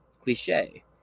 cliche